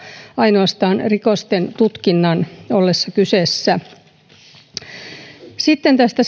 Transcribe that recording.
ainoastaan rikosten tutkinnan ollessa kyseessä sitten tästä